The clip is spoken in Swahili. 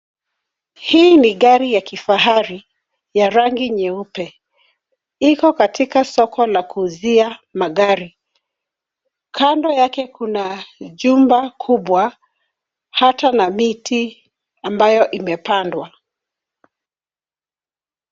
Hii ni gari ya kifahari ya rangi nyeupe. Iko katika soko la kuuzia magari. Kando yake kuna jumba kubwa hata na miti ambayo imepandwa.